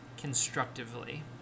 constructively